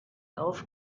auf